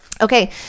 Okay